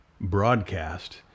broadcast